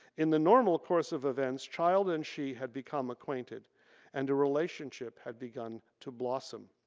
in the normal course of events child and she had become acquainted and a relationship had begun to blossom.